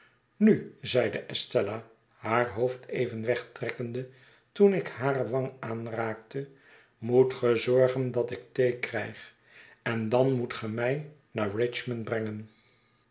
nu zeide estella haar hoofd even wegtrekkende toen ik hare wang aanraakte moet ge zorgen dat ik thee krijg en dan moet ge mij naar richmond brengen